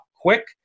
quick